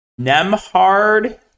Nemhard